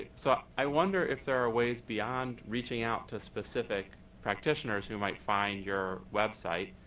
so i wonder if there are ways beyond reaching out to specific practitioners who might find your website,